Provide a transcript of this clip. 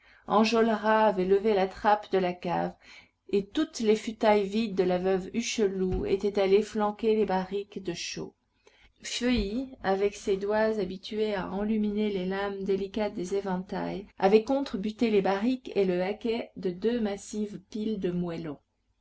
enjolras avait levé la trappe de la cave et toutes les futailles vides de la veuve hucheloup étaient allées flanquer les barriques de chaux feuilly avec ses doigts habitués à enluminer les lames délicates des éventails avait contre buté les barriques et le haquet de deux massives piles de moellons